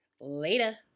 later